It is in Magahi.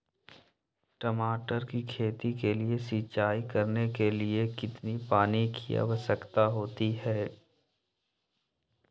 टमाटर की खेती के लिए सिंचाई करने के लिए कितने पानी की आवश्यकता होती है?